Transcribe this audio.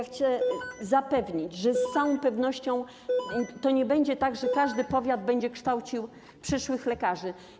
Chcę zapewnić - z całą pewnością nie będzie tak, że każdy powiat będzie kształcił przyszłych lekarzy.